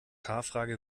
frage